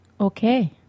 Okay